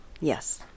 Yes